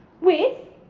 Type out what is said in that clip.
with